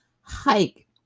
Hike